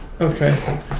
Okay